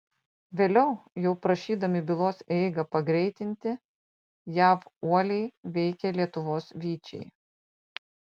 vėliau jau prašydami bylos eigą pagreitinti jav uoliai veikė lietuvos vyčiai